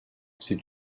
c’est